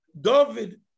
David